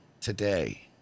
today